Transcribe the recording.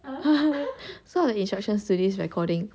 so are the instructions to this recording